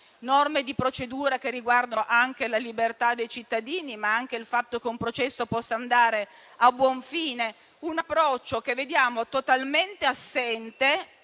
norme di procedura che riguardano la libertà dei cittadini, ma anche il fatto che un processo possa andare a buon fine. È un approccio che vediamo totalmente assente